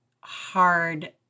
hard